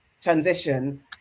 transition